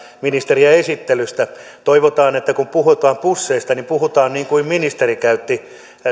ministeriä esittelystä toivotaan että kun puhutaan busseista niin puhutaan niin kuin ministeri käytti